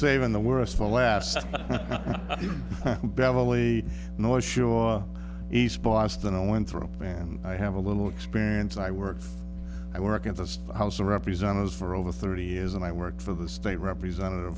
saving the worst for last beverly north shore east boston i went through a van i have a little experience i work for i work in the house representatives for over thirty years and i worked for the state representative